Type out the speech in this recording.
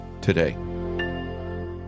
Today